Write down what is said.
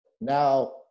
now